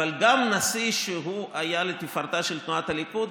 אבל גם נשיא שהוא היה לתפארתה של תנועת הליכוד,